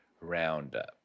roundup